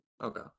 okay